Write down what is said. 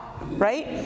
right